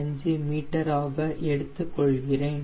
185 மீட்டராக எடுத்துக் கொள்கிறேன்